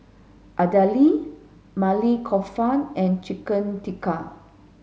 Idili Maili Kofta and Chicken Tikka